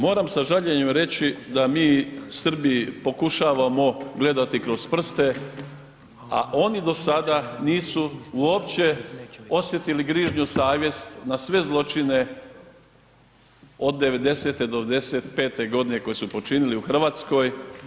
Moram sa žaljenjem reći da mi Srbiji pokušavamo gledati kroz prste a oni do sada nisu uopće osjetili grižnju savjesti na sve zločine od '90. do '95. g. koji su počinili u Hrvatskoj.